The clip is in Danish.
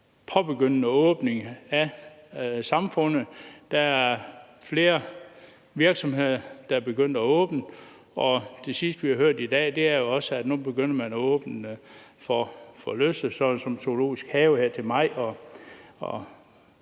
påbegyndende åbning af samfundet, der er flere virksomheder, der er begyndt at åbne, og det sidste, vi har hørt i dag, er, at nu begynder man også at åbne for forlystelser sådan som zoologiske haver her til maj,